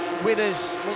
Winners